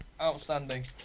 Outstanding